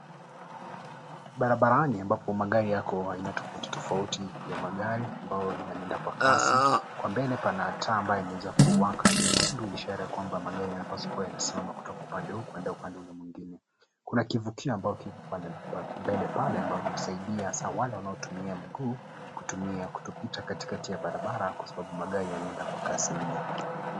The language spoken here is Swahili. Barabarani ambapo magari yako aina tofauti tofauti ya magari, ambayo yanaenda kwa kasi. Kwa mbele pana taa ambayo imeweza kuwaka nyekundu, ishara kwamba magari yanapaswa kuwa yanasimama, kutoka upande huu kuenda upande ule mwingine. Kuna kivukio ambacho kiko mbele pale, ambacho husaidia hasa wale wanaotumia mguu, kutumia kutopita katikati ya barabara, kwa sababu magari yanaenda kwa kasi mno.